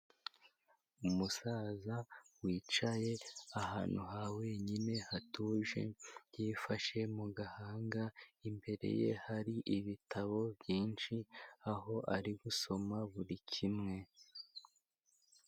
Umusaza wicaye ahantu ha wenyine hatuje, yifashe mu gahanga imbere ye hari ibitabo byinshi, aho ari gusoma buri kimwe.